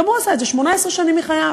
גם הוא עשה את זה 18 שנים מחייו.